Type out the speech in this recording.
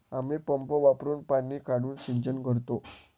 आम्ही पंप वापरुन पाणी काढून सिंचन करतो